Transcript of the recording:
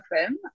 film